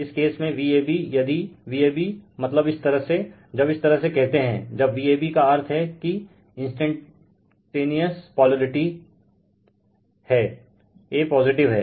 इस केस में Vab यदि Vab मतलब इस तरह से जब इस तरह से कहते हैं जब Vab का अर्थ हैं कि इंस्टेंटेनिअस पोलरिटी हैं a पॉजिटिव हैं